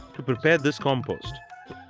to prepare this compost.